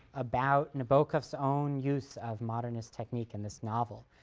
about nabokov's own use of modernist technique in this novel,